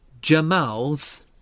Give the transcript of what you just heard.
Jamal's